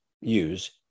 use